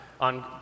on